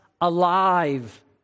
alive